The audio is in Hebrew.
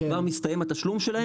כבר מסתיים התשלום שלהם.